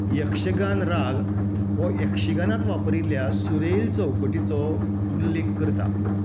यक्षगान राग हो यक्षगानांत वापरिल्ल्या सुरेल चौकटीचो उल्लेख करता